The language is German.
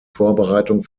vorbereitung